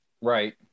right